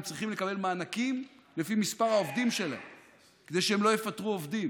הם צריכים לקבל מענקים לפי מספר העובדים שלהם כדי שהם לא יפטרו עובדים.